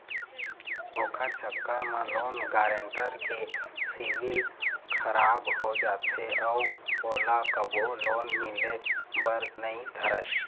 ओखर चक्कर म लोन गारेंटर के सिविल खराब हो जाथे अउ ओला कभू लोन मिले बर नइ धरय